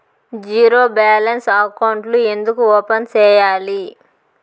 zero balance అకౌంట్లు ఎందుకు open సేయాలి